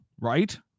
right